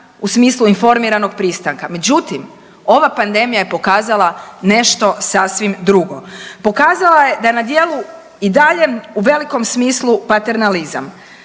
u smislu informiranog pristanka. Međutim, ova pandemija je pokazala nešto sasvim drugo. Pokazala je da je na djelu u velikom smislu paternalizam.